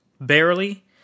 Barely